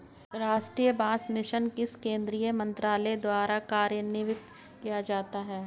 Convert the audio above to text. राष्ट्रीय बांस मिशन किस केंद्रीय मंत्रालय द्वारा कार्यान्वित किया जाता है?